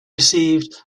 received